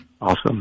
Awesome